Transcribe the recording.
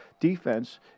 defense